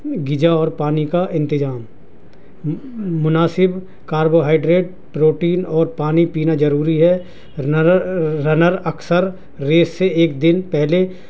غذا اور پانی کا انتظام مناسب کاربوہائڈریٹ پروٹین اور پانی پینا ضروری ہے رنر اکثر ریس سے ایک دن پہلے